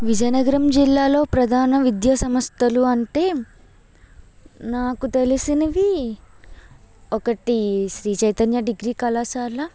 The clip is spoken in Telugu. విజయనగరం జిల్లాలో ప్రధాన విద్యాసంస్థలు అంటే నాకు తెలిసినవి ఒకటి శ్రీ చైతన్య డిగ్రీ కళాశాల